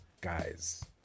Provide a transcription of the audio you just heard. guys